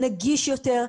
נגיש יותר,